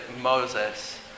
Moses